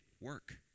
work